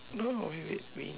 no wait wait wait